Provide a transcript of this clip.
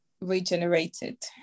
regenerated